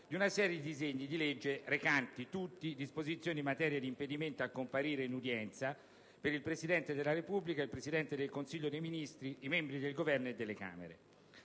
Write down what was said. di una serie di disegni di legge recanti, tutti, disposizioni in materia di impedimento a comparire in udienza per il Presidente della Repubblica, il Presidente del Consiglio dei ministri, i membri del Governo e delle Camere.